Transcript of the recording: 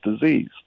disease